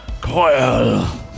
coil